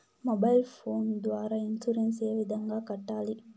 mobile phone ద్వారా insurance ఏ విధంగా కట్టాలి